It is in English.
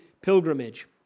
pilgrimage